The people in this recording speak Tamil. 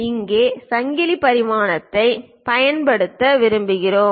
இப்போது சங்கிலி பரிமாணத்தைப் பயன்படுத்த விரும்புகிறோம்